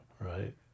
Right